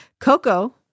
Coco